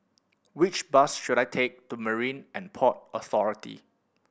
which bus should I take to Marine And Port Authority